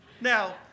Now